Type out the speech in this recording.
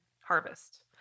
harvest